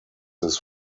his